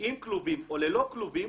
עם כלובים או ללא כלובים,